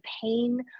pain